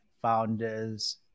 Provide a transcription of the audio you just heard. founders